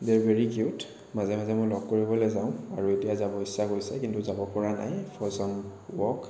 day are very cute মাজে মাজে মই লগ কৰিবলৈ যাওঁ আৰু এতিয়া যাবৰ ইচ্ছা গৈছে কিন্তু যাব পৰা নাই ফৰ চাম ৱৰ্ক